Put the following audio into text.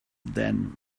than